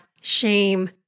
shame